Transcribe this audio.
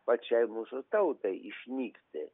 pačiai mūsų tautai išnykti